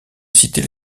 citer